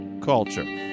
Culture